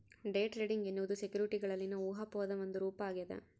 day trading ಎನ್ನುವುದು ಸೆಕ್ಯುರಿಟಿಗಳಲ್ಲಿನ ಊಹಾಪೋಹದ ಒಂದು ರೂಪ ಆಗ್ಯದ